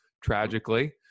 tragically